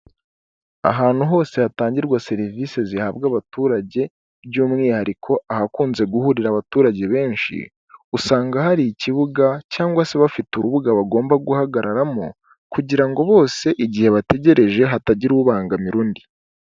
Ahantu hose hatangirwa serivisi zihabwa abaturage by'umwihariko ahakunze guhurira abaturage benshi usanga hari ikibuga cyangwa se bafite urubuga bagomba guhagararamo kugira ngo bose igihe bategereje hatagira ubangamira undi.